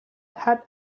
had